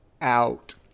out